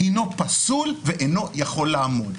הינו פסול ואינו יכול לעמוד.